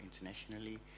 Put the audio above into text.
internationally